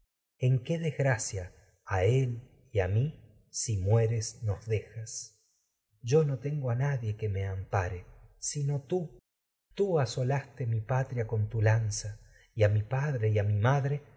en qué desgracia a él no mi si mueres dejas yo tengo nadie que me ampare sino tú tú asolaste'mi con tu patria fatal lanza y a mi padre y a mi madre